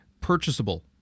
purchasable